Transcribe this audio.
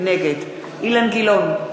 נגד אילן גילאון,